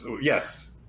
Yes